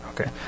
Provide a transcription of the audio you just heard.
Okay